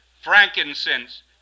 frankincense